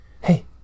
Hey